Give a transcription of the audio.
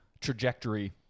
trajectory